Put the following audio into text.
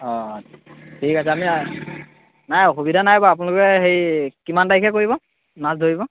অঁ ঠিক আছে আমি নাই অসুবিধা নাই বাৰু আপোনলোকে হেৰি কিমান তাৰিখে কৰিব মাছ ধৰিব